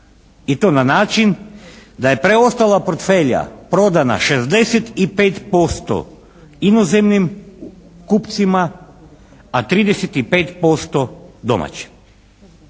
i to na način da je preostala portfelja prodana 65% inozemnim kupcima, a 35% domaćim.